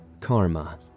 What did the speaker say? Karma